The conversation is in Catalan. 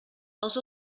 els